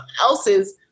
else's